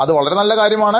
അത് വളരെ നല്ല കാര്യമാണ്